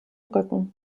rücken